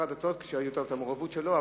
לגבי שר הדתות, המעורבות שלו.